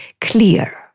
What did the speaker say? clear